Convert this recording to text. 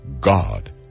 God